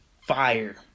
fire